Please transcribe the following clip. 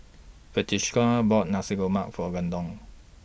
Frederica bought Nasi Lemak For Londyn